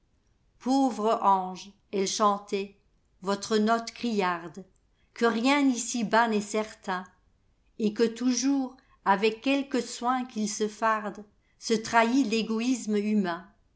pauvre ange elle chantait votre note criarde que rien ici-bas n'est certain et que toujours avec quelque soin qu'il se farde se trahit l'égoïsme humain